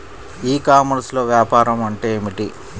ఈ కామర్స్లో వ్యాపారం అంటే ఏమిటి?